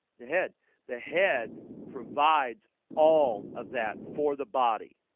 the head the head provides all of that for the body